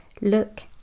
Look